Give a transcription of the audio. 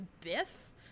Biff